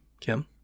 Kim